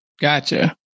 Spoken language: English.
Gotcha